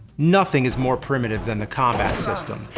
nothing is more primitive than the combat system.